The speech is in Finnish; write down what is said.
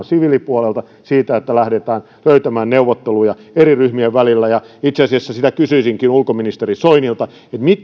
siviilipuolelta siitä että lähdetään etsimään neuvotteluja eri ryhmien välille itse asiassa sitä kysyisinkin ulkoministeri soinilta